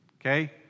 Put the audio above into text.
Okay